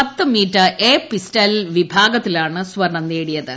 പത്ത് metre air pistol വിഭാഗത്തിലാണ് സ്വർണ്ണം നേടിയത്